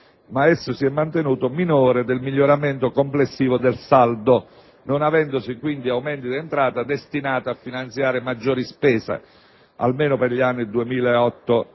ma esso si è mantenuto minore del miglioramento complessivo del saldo, non avendosi, quindi, aumenti di entrata destinati a finanziare maggiore spesa, almeno per gli anni 2008 e 2009.